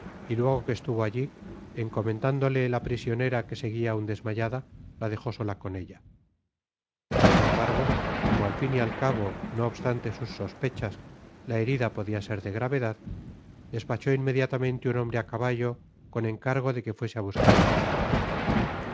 y luego que estuvo alli encomendándole la prisionera que seguia aun desmayada la dejó sola con ella sin embargo como al fin y al cabo no obstante sus sospechas la herida podia ser de gravedad despachó inmediatamente un hombre á caballo con encargo de que fuese á buscar un médico